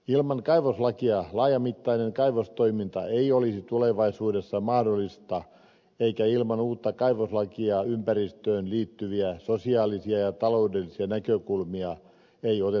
ilman kaivoslakia laajamittainen kaivostoiminta ei olisi tulevaisuudessa mahdollista eikä ilman uutta kaivoslakia ympäristöön liittyviä sosiaalisia ja taloudellisia näkökulmia otettaisi huomioon